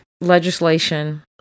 legislation